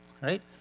right